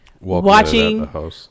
Watching